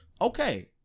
Okay